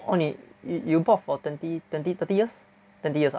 !wah! 你 you bought for twenty twenty thirty years twenty years ah